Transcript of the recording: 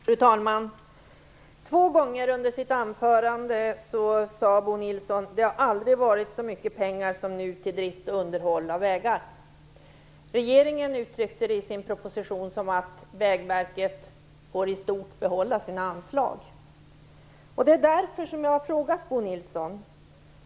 Fru talman! Två gånger under sitt anförande sade Bo Nilsson att det aldrig har anslagits så mycket pengar till drift och underhåll av vägar som nu. Regeringen uttryckte det i sin proposition som att Vägverket i stort får behålla sina anslag.